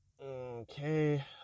okay